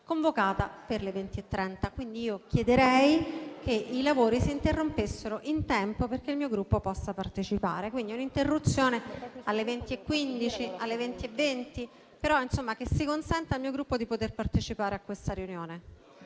convocata per le ore 20,30, quindi chiederei che i lavori si interrompessero in tempo, perché il mio Gruppo possa partecipare, quindi con un'interruzione alle ore 20,15 o alle 20,20, in modo da consentire insomma al mio Gruppo di partecipare a questa riunione.